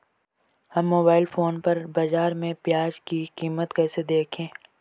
हम mobile phone पर बाज़ार में प्याज़ की कीमत कैसे देखें?